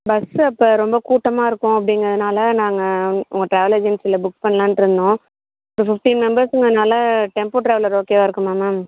bus அப்போ ரொம்ப கூட்டமாக இருக்கும் அப்படிங்கிறதுனால் நாங்கள் உங்கள் டிராவல் ஏஜென்ஸியில் புக் இப்போ ஃபிஃப்டின் மெம்பெர்ஸுங்கிறதினால டெம்போ டிராவலர் ஓகேவாக இருக்குமா மேம்